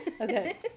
Okay